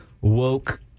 woke